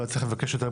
לא צריך לבקש את זה,